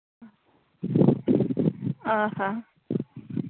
ᱚ ᱦᱚᱸ